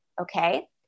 okay